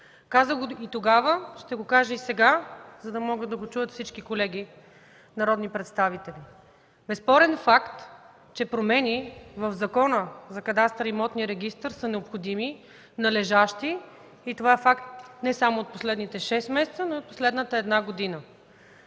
Казах го и тогава, ще го кажа и сега, за да могат да го чуят всички колеги народни представители. Безспорен факт е, че промени в Закона за кадастъра и имотния регистър са необходими, належащи и това е факт не само от последните шест месеца, но и от последната една година.